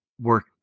work